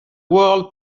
world